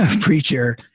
preacher